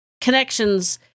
connections